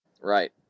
Right